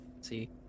See